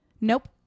Nope